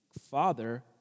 father